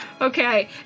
Okay